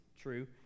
true